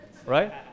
right